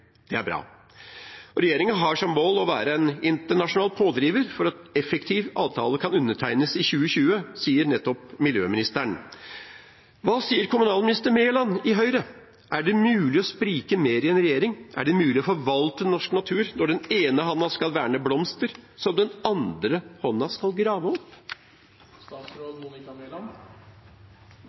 Det er bra. Regjeringen har som mål å være en internasjonal pådriver for at en effektiv avtale kan undertegnes i 2020, sier nettopp miljøministeren. Hva sier kommunalminister Mæland fra Høyre? Er det mulig å sprike mer i en regjering? Er det mulig å forvalte norsk natur når den ene hånda skal verne blomster som den andre hånda skal grave opp?